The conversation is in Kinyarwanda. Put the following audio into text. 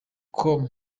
com